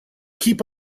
keep